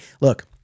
Look